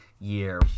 year